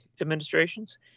administrations